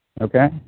okay